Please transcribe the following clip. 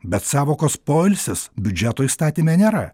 bet sąvokos poilsis biudžeto įstatyme nėra